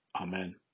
amen